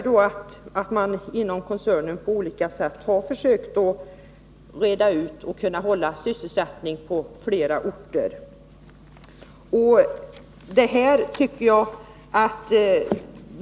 Koncernen har verkligen på olika sätt försökt hålla uppe sysselsättningen på flera orter.